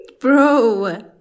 Bro